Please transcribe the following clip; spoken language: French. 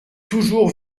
toujours